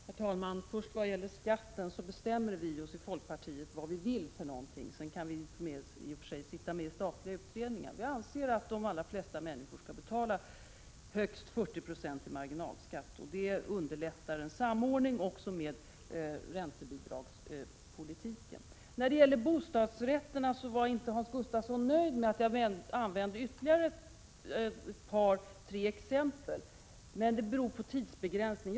Herr talman! Vad gäller skatten bestämmer vi oss i folkpartiet för vad vi vill, sedan kan vi i och för sig sitta med i statliga utredningar. Vi anser att de allra flesta människor skall betala högst 40 9 i marginalskatt. Det underlättar även en samordning med räntebidragspolitiken. Hans Gustafsson var inte nöjd med att jag bara använde ytterligare ett par tre exempel rörande bostadsrätterna. Men det berodde på tidsbegränsning.